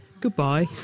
Goodbye